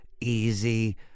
easy